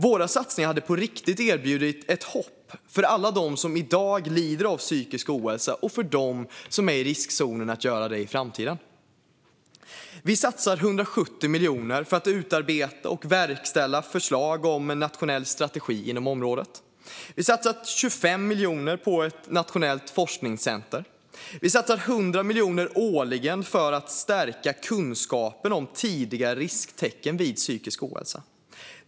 Våra satsningar hade på riktigt erbjudit ett hopp för alla dem som i dag lider av psykisk ohälsa och för dem som är i riskzonen att göra det i framtiden. Vi satsar 170 miljoner på att utarbeta och verkställa förslag om en nationell strategi inom området. Vi satsar 25 miljoner på ett nationellt forskningscenter. Vi satsar 100 miljoner årligen på att stärka kunskapen om tidiga risktecken vid psykisk ohälsa.